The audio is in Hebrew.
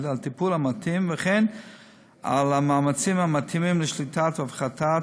על הטיפול המתאים וכן על האמצעים המתאימים לשליטה ולהפחתת